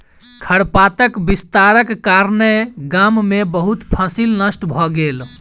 खरपातक विस्तारक कारणेँ गाम में बहुत फसील नष्ट भ गेल